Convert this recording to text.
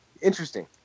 interesting